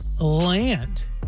land